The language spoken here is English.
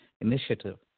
initiative